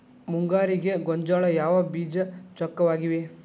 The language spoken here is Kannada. ಮುಂಗಾರಿಗೆ ಗೋಂಜಾಳ ಯಾವ ಬೇಜ ಚೊಕ್ಕವಾಗಿವೆ?